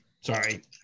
sorry